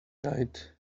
tight